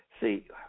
see